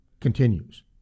continues